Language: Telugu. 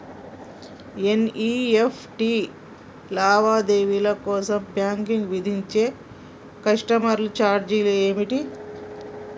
ఎన్.ఇ.ఎఫ్.టి లావాదేవీల కోసం బ్యాంక్ విధించే కస్టమర్ ఛార్జీలు ఏమిటి?